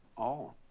all?